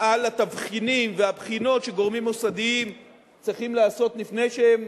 על התבחינים והבחינות שגורמים מוסדיים צריכים לעשות לפני שהם